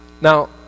now